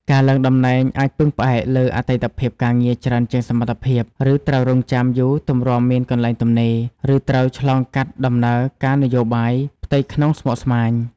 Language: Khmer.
ការឡើងតំណែងអាចពឹងផ្អែកលើអតីតភាពការងារច្រើនជាងសមត្ថភាព ឬត្រូវរង់ចាំយូរទម្រាំមានកន្លែងទំនេរ ឬត្រូវឆ្លងកាត់ដំណើរការនយោបាយផ្ទៃក្នុងស្មុគស្មាញ។